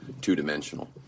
two-dimensional